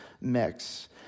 mix